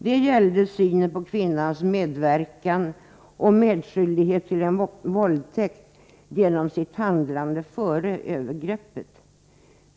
Det gällde synen på kvinnans medverkan och medskyldighet till en våldtäkt genom sitt handlande före övergreppet.